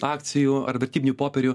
akcijų ar vertybinių popierių